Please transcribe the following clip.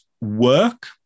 work